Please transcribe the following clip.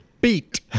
beat